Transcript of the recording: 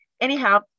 Anyhow